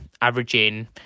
averaging